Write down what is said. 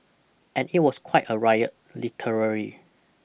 and it was quite a riot literally